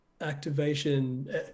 activation